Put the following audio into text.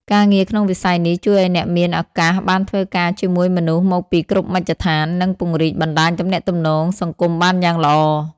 ការងារក្នុងវិស័យនេះជួយឱ្យអ្នកមានឱកាសបានធ្វើការជាមួយមនុស្សមកពីគ្រប់មជ្ឈដ្ឋាន និងពង្រីកបណ្តាញទំនាក់ទំនងសង្គមបានយ៉ាងល្អ។